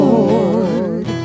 Lord